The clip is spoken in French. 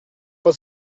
pas